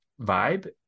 vibe